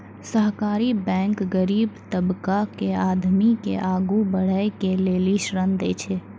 सहकारी बैंक गरीब तबका के आदमी के आगू बढ़ै के लेली ऋण देय छै